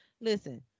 listen